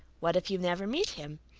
what if you never meet him?